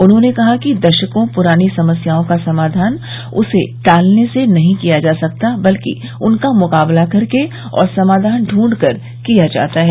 उन्होंने कहा कि दशकों पूरानी समस्याओं का समाधान उसे टालने से नहीं किया जा सकता बल्कि उनका मुकाबला करके और समाधान ढूंढ कर किया जाता है